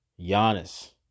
Giannis